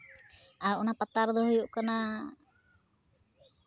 ᱟᱨ ᱚᱱᱟ ᱯᱟᱛᱟ ᱨᱮᱫᱚ ᱦᱩᱭᱩᱜ ᱠᱟᱱᱟ